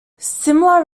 similar